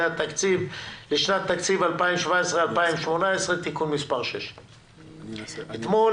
התקציב לשנות התקציב 2017 ו-2018) (תיקון מס' 6). אתמול,